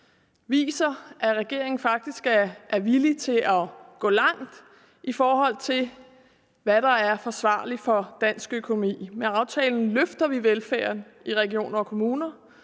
viser, at regeringen faktisk er villig til at gå langt, i forhold til hvad der er forsvarligt for dansk økonomi. Med aftalen løfter vi velfærden i regioner og kommuner,